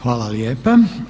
Hvala lijepa.